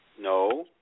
No